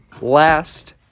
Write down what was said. last